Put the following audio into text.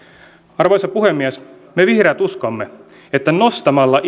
arvoisa puhemies me vihreät uskomme että nostamalla